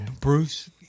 Bruce